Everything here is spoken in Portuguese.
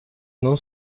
não